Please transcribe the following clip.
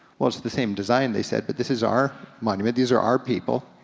well it's the same design, they said, but this is our monument. these are our people.